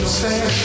say